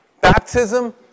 baptism